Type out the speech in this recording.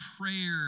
prayer